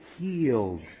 healed